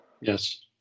Yes